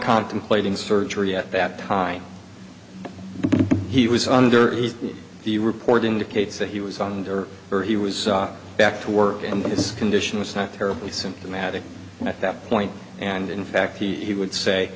contemplating surgery at that time he was under is the report indicates that he was on tour or he was back to work and his condition was not terribly symptomatic at that point and in fact he he would say